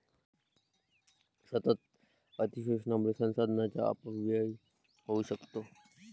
सतत अतिशोषणामुळे संसाधनांचा अपव्यय होऊ शकतो